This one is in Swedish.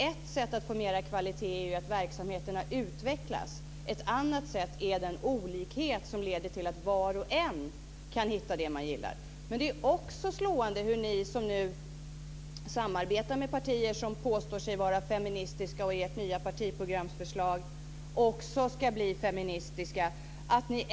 Ett sätt att få högre kvalitet är att verksamheterna utvecklas. Ett annat sätt är den olikhet som leder till att var och en kan hitta det man gillar. Ni samarbetar med partier som påstår sig vara feministiska. I ert nya partiprogramsförslag sägs att ni också ska bli feministiska.